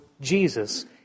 Jesus